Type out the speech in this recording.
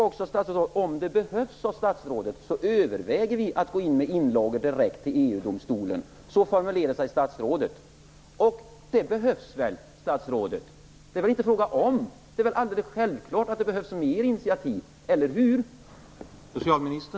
Statsrådet sade att man, om det behövs, överväger att gå in med inlagor direkt till EG-domstolen. Så formulerade sig statsrådet. Det behövs. Det är inte fråga om det behövs. Det är alldeles självklart att det behövs mer initiativ, eller hur?